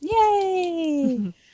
Yay